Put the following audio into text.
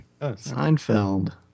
Seinfeld